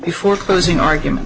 before closing argument